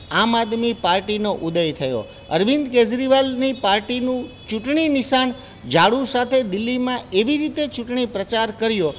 આમ આદમી પાર્ટીનો ઉદય થયો અરવિંદ કેજરીવાલની પાર્ટીનું ચૂંટણી નિશાન ઝાડુ સાથે દિલીમાં એવી રીતે ચૂંટણી પ્રચાર કર્યો